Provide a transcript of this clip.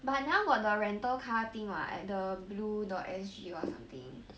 but now got the rental car thing what at the blue dot S_G or something